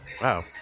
Wow